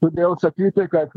todėl sakyti kad